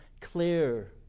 clear